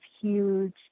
huge